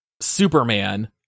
Superman